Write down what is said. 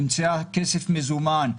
נמצא כסף מזומן.